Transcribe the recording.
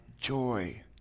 joy